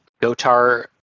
Gotar